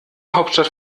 hauptstadt